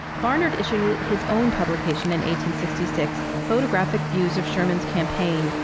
barnard issued his own publication and sixty six, photographic views of sherman's campaign,